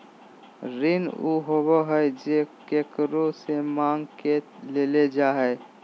ऋण उ होबा हइ जे केकरो से माँग के लेल जा हइ